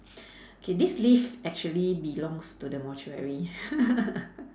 K this lift actually belongs to the mortuary